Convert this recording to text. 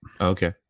Okay